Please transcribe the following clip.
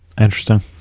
Interesting